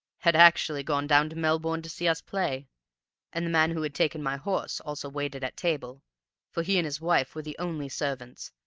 had actually gone down to melbourne to see us play and the man who had taken my horse also waited at table for he and his wife were the only servants,